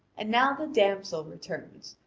and now the damsel returns,